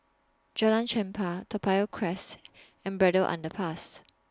Jalan Chempah Toa Payoh Crest and Braddell Underpass